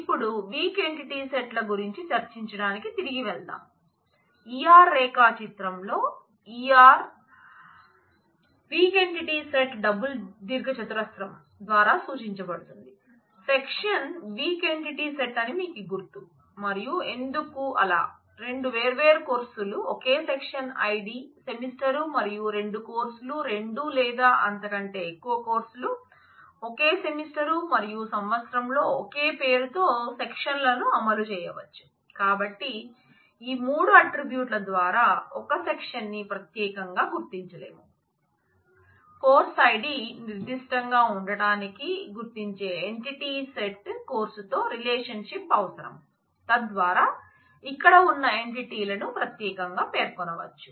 ఇప్పుడు weak entity సెట్ల కోర్సుతో రిలేషన్షిప్ అవసరం తద్వారా ఇక్కడ ఉన్న ఎంటిటీలను ప్రత్యేకంగా పేర్కొనవచ్చు